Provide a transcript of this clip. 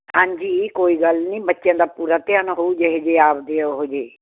ਹਾਂਜੀ ਕੋਈ ਗੱਲ ਨਹੀਂ ਬੱਚਿਆਂ ਦਾ ਪੂਰਾ ਧਿਆਨ ਹੋਊ ਜਿਹੋ ਜਿਹੇ ਆਪਣੇ ਉਹੋ ਜਿਹੇ